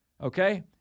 okay